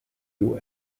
due